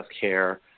care